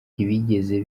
ntibigeze